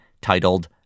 titled